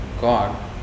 God